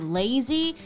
lazy